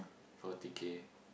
forty K